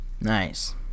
nice